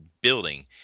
building